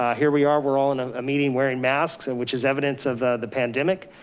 ah here we are, we're all in a meeting wearing masks and which has evidence of the pandemic,